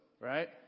right